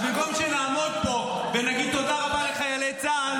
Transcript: אז במקום שנעמוד פה ונגיד תודה רבה לחיילי צה"ל,